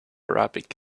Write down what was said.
arabic